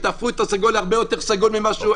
ותהפכו את הסגול להרבה יותר סגול ממה שהוא,